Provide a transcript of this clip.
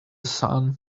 sun